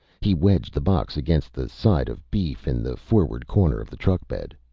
he wedged the box against the side of beef in the forward corner of the truck bed.